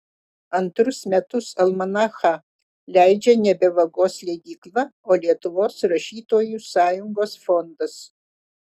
antrus metus almanachą leidžia nebe vagos leidykla o lietuvos rašytojų sąjungos fondas